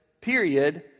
period